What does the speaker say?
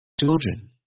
children